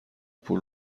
پول